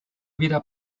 vida